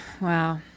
wow